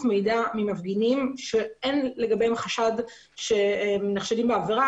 מידע ממפגינים שאין לגביהם חשד שהם נחשדים בעבירה,